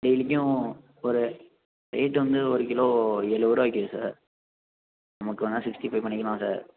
டெய்லிக்கும் ஒரு வெயிட் வந்து ஒரு கிலோ எழுவது ரூபா விற்கிது சார் நமக்கு வேணால் சிக்ஸ்ட்டி ஃபைவ் பண்ணிக்கலாம் சார்